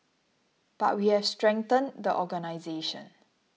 but we have strengthened the organisation